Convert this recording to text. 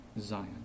Zion